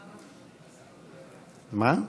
מה?